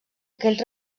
aquest